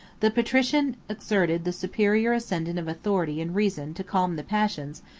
the patrician exerted the superior ascendant of authority and reason to calm the passions,